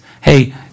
hey